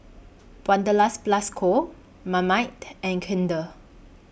Wanderlust Plus Co Marmite and Kinder